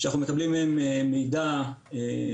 שאנחנו מקבלים מהם מידע ברזולוציה